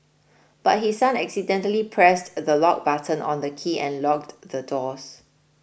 but his son accidentally pressed the lock button on the key and locked the doors